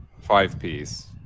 five-piece